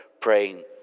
praying